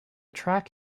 track